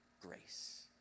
grace